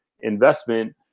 investment